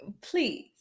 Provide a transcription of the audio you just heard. please